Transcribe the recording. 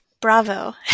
Bravo